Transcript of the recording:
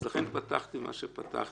אז לכן פתחתי כפי שפתחתי.